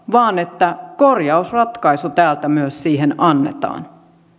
vaan että korjausratkaisu täältä myös siihen annetaan